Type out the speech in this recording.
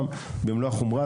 ובמלוא החומרה,